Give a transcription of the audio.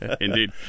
Indeed